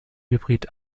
hybrid